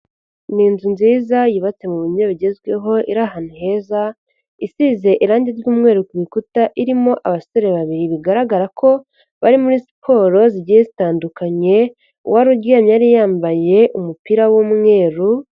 Ni inzu nziza yubatse mu buryo bugezweho, iri ahantu heza isize irangi ry'umweru ku bikuta irimo abasore babiri bigaragara ko bari muri siporo zigiye zitandukanye , uwari uryamye yari yambaye umupira w'umweru.